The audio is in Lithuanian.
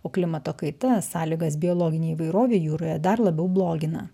o klimato kaita sąlygas biologinei įvairovei jūroje dar labiau blogina